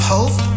Hope